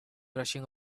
rushing